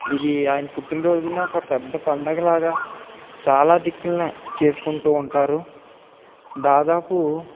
ఇది ఆయన పుట్టిన రోజున ఒక పెద్ద పండగ లాగా చాలా దిక్కులనే చేసుకుంటూ ఉంటారు దాదాపు